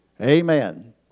Amen